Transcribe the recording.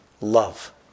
love